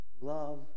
love